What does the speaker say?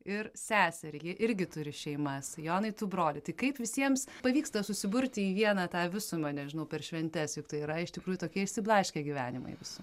ir seserį jie irgi turi šeimas jonai tu brolį tai kaip visiems pavyksta susiburti į vieną tą visumą nežinau per šventes juk tai yra iš tikrųjų tokie išsiblaškę gyvenimai jūsų